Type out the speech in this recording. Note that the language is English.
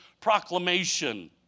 proclamation